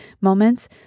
moments